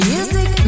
Music